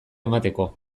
emateko